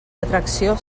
atracció